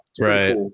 Right